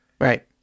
Right